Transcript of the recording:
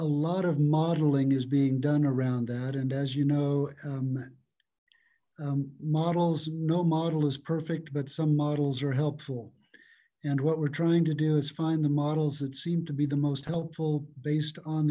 a lot of modeling is being done around that and as you know models no model is perfect but some models are helpful and what we're trying to do is find the models that seem to be the most helpful based on